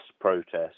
protests